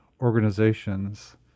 organizations